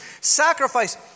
sacrifice